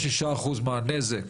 46% מהנזק